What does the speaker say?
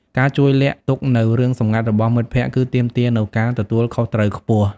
ការជួយលាក់ទុកនូវរឿងសម្ងាត់របស់មិត្តភក្តិ គឺទាមទារនូវការទទួលខុសត្រូវខ្ពស់។